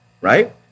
right